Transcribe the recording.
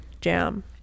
jam